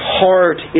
heart